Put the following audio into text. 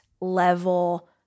level